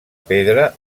pedra